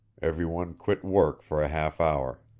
everyone quit work for a half-hour.